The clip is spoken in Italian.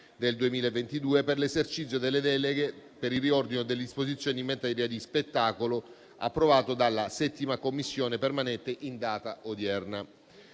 del 2022 per l'esercizio delle deleghe per il riordino delle disposizioni in materia di spettacolo, approvato dalla 7a Commissione permanente in data odierna.